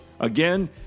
Again